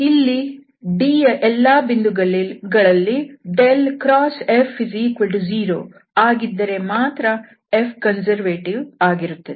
ಇಲ್ಲಿ D ಯ ಎಲ್ಲಾ ಬಿಂದುಗಳಲ್ಲಿ F0 ಆಗಿದ್ದರೆ ಮಾತ್ರ F ಕನ್ಸರ್ವೇಟಿವ್ ಆಗಿರುತ್ತದೆ